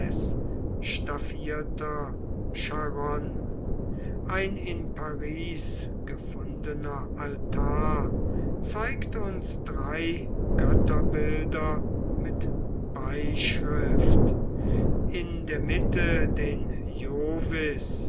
charon ein in paris gefundener altar zeigt uns drei götterbilder mit beischrift in der mitte den